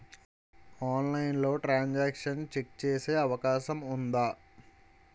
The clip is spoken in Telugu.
ఆన్లైన్లో ట్రాన్ సాంక్షన్ చెక్ చేసే అవకాశం ఉందా?